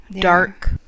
dark